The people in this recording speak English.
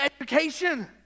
education